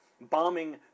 bombing